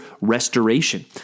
restoration